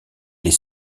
les